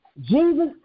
Jesus